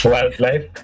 Wildlife